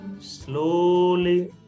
slowly